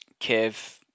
Kev